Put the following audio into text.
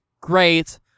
great